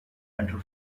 andrew